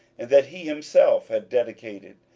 and that he himself had dedicated,